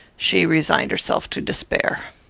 she resigned herself to despair.